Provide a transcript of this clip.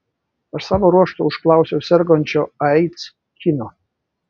aš savo ruožtu užklausiau sergančio aids kino